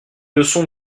leçons